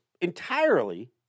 entirely